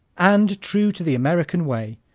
and, true to the american way,